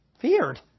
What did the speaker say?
feared